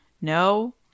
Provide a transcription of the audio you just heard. No